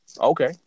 Okay